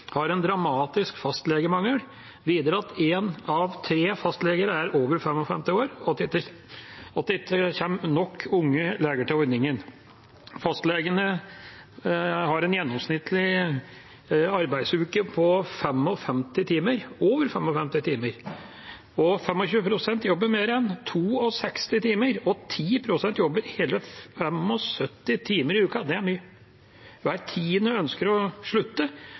har en dramatisk fastlegemangel, videre at én av tre fastleger er over 55 år, og at det ikke kommer nok unge leger til ordningen. Fastlegene har en gjennomsnittlig arbeidsuke på over 55 timer, 25 pst. jobber mer enn 62 timer og 10 pst. jobber hele 75 timer i uken. Det er mye! Hver tiende ønsker å slutte,